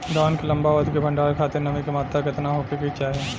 धान के लंबा अवधि क भंडारण खातिर नमी क मात्रा केतना होके के चाही?